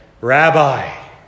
Rabbi